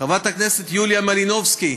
חברת הכנסת יוליה מלינובסקי,